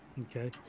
Okay